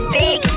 big